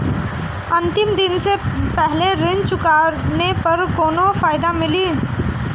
अंतिम दिन से पहले ऋण चुकाने पर कौनो फायदा मिली?